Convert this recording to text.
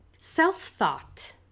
self-thought